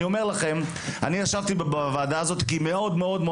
אני אומר לכם שאני ישבתי בוועדה הזאת כי היא מאוד מאוד מאוד